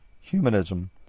humanism